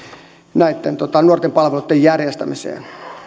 näitten nuorten palveluitten järjestämiseen